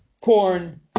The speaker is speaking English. corn